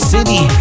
City